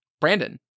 Brandon